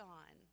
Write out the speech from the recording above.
on